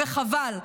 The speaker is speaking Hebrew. וחבל.